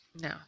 No